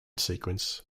sequence